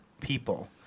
people